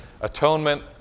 Atonement